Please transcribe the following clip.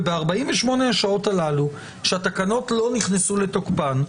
וב-48 השעות הללו שהתקנות לא נכנסו לתוקפן,